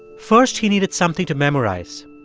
first, he needed something to memorize.